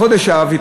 בחודש אב,